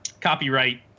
copyright